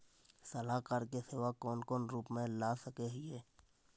सलाहकार के सेवा कौन कौन रूप में ला सके हिये?